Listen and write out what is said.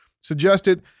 suggested